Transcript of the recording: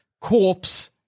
corpse